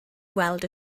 weld